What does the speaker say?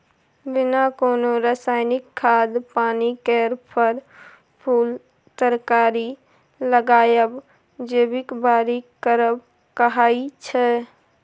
बिना कोनो रासायनिक खाद पानि केर फर, फुल तरकारी लगाएब जैबिक बारी करब कहाइ छै